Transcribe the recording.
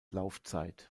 laufzeit